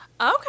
Okay